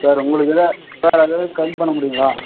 sir உங்களுக்கு இதை sir அது எதுவும் கம்மி பண்ண முடியுங்களா